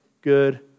good